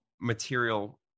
material